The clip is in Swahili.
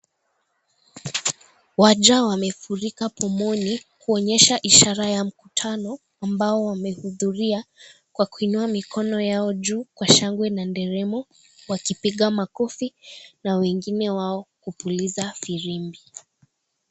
Waja wamefurika pomoni kuonyesha ishara ya mkutano ambao wamehudhuria kwa kuinua mikono yao juu kwa shangwe na nderemo wakipiga makofi na wengine wao kupuliza firimbi.